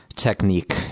technique